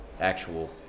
actual